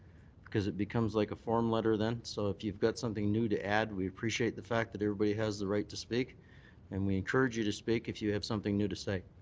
because it becomes like a form letter then. so if you've got something new to add, we appreciate the fact that everybody has the right to speak and we encourage you to speak if you have something new to say.